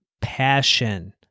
passion